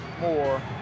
more